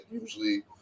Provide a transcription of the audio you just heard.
usually –